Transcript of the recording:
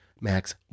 max